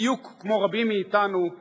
בדיוק כמו רבים מאתנו,